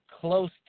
close